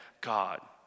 God